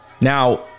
Now